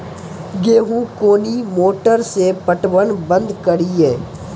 गेहूँ कोनी मोटर से पटवन बंद करिए?